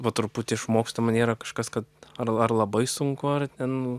va truputį išmokstama nėra kažkas kad ar ar labai sunku ar ten